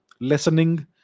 lessening